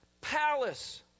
palace